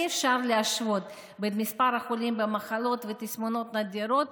אי-אפשר להשוות בין מספר החולים במחלות ותסמונות נדירות,